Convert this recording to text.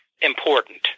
important